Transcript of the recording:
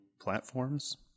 platforms